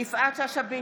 יפעת שאשא ביטון,